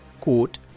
quote